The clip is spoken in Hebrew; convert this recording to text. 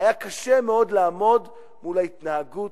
והיה קשה מאוד לעמוד מול ההתנהגות,